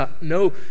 no